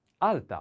Alta